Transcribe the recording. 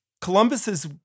Columbus's